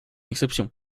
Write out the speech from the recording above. exception